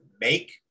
make